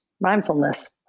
mindfulness